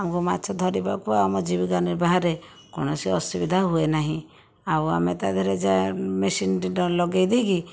ଆମକୁ ମାଛ ଧରିବାକୁ ଆଉ ଆମ ଜୀବିକା ନିର୍ବାହରେ କୌଣସି ଅସୁବିଧା ହୁଏ ନାହିଁ ଆଉ ଆମେ ତା' ଦେହରେ ଯାହା ମେସିନ୍ଟି ଲଗାଇଦେଇକି